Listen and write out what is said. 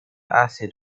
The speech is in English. acid